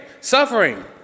Suffering